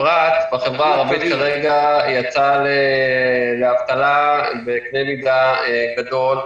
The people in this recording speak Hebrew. הפרט בחברה הערבית כרגע יצא לאבטלה בקנה מידה גדול,